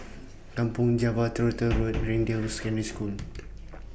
Kampong Java Truro Road Greendale Secondary School